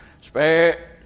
Spare